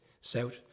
South